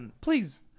Please